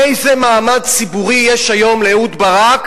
איזה מעמד ציבורי יש היום לאהוד ברק,